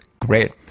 Great